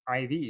iv